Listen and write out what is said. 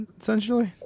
essentially